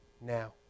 now